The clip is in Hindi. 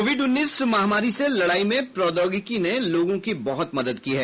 कोविड उन्नीस महामारी से लड़ाई में प्रौद्योगिकी ने लोगों की बहुत मदद की है